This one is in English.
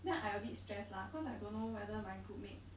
then I a bit stress lah cause I don't know whether my groupmates